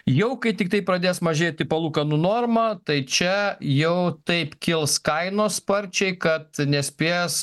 jau kai tiktai pradės mažėti palūkanų norma tai čia jau taip kils kainos sparčiai kad nespės